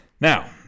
Now